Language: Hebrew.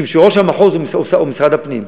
משום שראש המחוז הוא משרד הפנים,